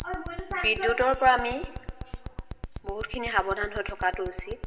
বিদ্যুতৰ পৰা আমি বহুতখিনি সাৱধান হৈ থকাটো উচিত